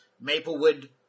Maplewood